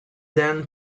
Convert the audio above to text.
then